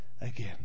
again